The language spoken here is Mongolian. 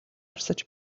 урсаж